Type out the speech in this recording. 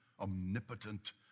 omnipotent